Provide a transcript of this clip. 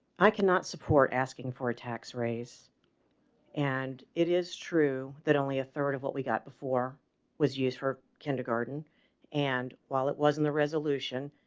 i cannot support asking for a tax raise and it is true that only a third of what we got before was used for kindergarten and while it wasn't the resolution,